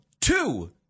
two